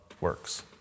works